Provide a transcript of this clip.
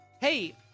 hey